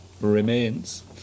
Remains